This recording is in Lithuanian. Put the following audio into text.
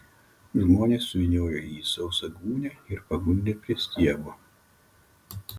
žmonės suvyniojo jį į sausą gūnią ir paguldė prie stiebo